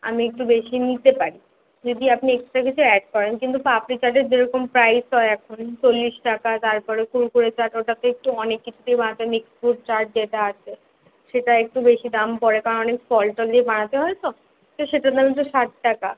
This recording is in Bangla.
আমি একটু বেশি নিতে পারি যদি আপনি এক্সট্রা কিছু অ্যাড করেন কিন্তু পাপরি চাটের যেরকম প্রাইস হয় এখন চল্লিশ টাকা তারপরে কুরকুরে চাট ওটাতে একটু অনেক কিছু দিয়ে বানাতে হয় মিক্সড ফ্রুট চাট যেটা আছে সেটা একটু বেশি দাম পড়ে কারণ অনেক ফল টল দিয়ে বানাতে হয় তো সেটা ধরুন ষাট টাকা